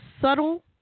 subtle